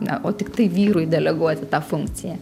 o tiktai vyrui deleguoti tą funkciją